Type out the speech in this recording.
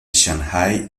shanghái